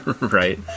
right